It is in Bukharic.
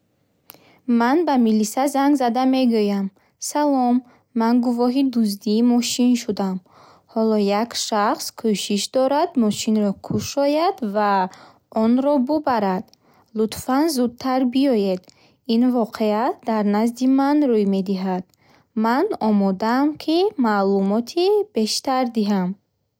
Ман ба милиса занг зада мегӯям: “Салом, ман гувоҳи дуздии мошин шудам.” Ҳоло як шахс кӯшиш дорад мошинро кушояд ва онро бубарад. Лутфан зудтар биёед, ин воқеа дар назди ман рӯй медиҳад. Ман омодаам, ки маълумоти бештар диҳам.